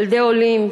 ילדי עולים,